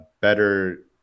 better